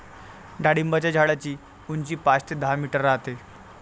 डाळिंबाच्या झाडाची उंची पाच ते दहा मीटर राहते